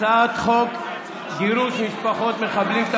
הצעת חוק גירוש משפחות מחבלים,